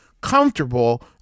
comfortable